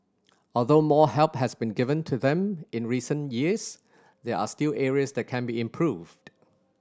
although more help has been given to them in recent years there are still areas that can be improved